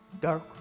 dark